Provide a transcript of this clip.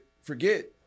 forget